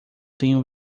tenho